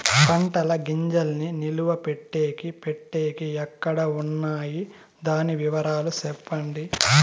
పంటల గింజల్ని నిలువ పెట్టేకి పెట్టేకి ఎక్కడ వున్నాయి? దాని వివరాలు సెప్పండి?